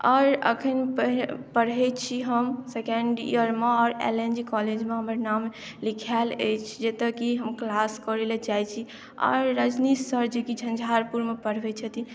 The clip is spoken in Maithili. आओर एखन पढ़य पढ़य छी हम सेकन्ड इयरमे आओर एल एन जी कॉलेजमे हमर नाम लिखायल अछि जेतऽ कि हम क्लास करय लए जाइ छी आओर रजनीश सर जे कि झंझारपुरमे पढ़बय छथिन